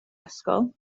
ysgol